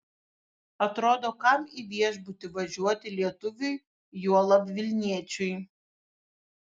atrodo kam į viešbutį važiuoti lietuviui juolab vilniečiui